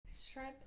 Shrimp